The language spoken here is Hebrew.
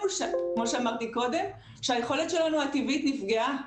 כמו שאמרתי קודם שהיכולת שלנו הטבעית נפגעה,